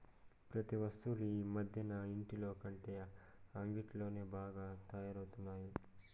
ప్రతి వస్తువు ఈ మధ్యన ఇంటిలోకంటే అంగిట్లోనే బాగా తయారవుతున్నాయి